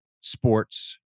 sports